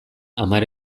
hamar